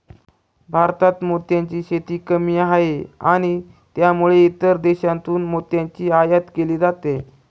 भारतात मोत्यांची शेती कमी आहे आणि त्यामुळे इतर देशांतून मोत्यांची आयात केली जाते